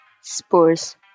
Spurs